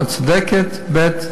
את צודקת, ב.